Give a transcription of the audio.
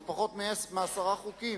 זה פחות מעשרה חוקים.